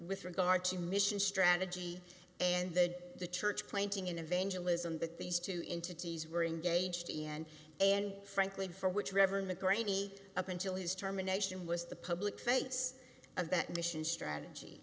with regard to mission strategy and the the church planting in evangelism that these two entities were engaged in and frankly for which reverend the grainy up until his term a nation was the public face of that mission strategy